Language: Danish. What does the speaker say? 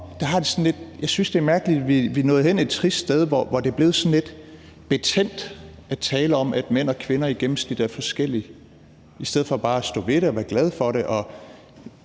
jeg synes, at det er mærkeligt, at vi er nået hen et trist sted, hvor det er blevet lidt betændt at tale om, at mænd og kvinder i gennemsnit er forskellige, i stedet for bare at stå ved det og være glad for det.